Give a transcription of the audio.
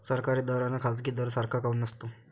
सरकारी दर अन खाजगी दर सारखा काऊन नसतो?